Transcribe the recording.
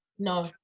no